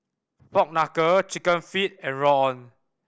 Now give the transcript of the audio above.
pork knuckle Chicken Feet and rawon